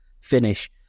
finish